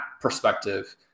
perspective